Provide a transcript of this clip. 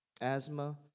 asthma